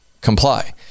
comply